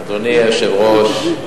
אדוני היושב-ראש,